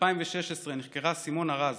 ב-2016 נחקרה סימונה רז